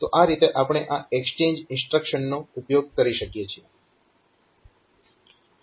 તો આ રીતે આપણે આ એક્સચેન્જ ઇન્સ્ટ્રક્શનનો ઉપયોગ કરી શકીએ છીએ